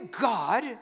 God